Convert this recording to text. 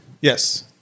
Yes